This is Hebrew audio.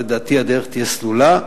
לדעתי הדרך תהיה סלולה,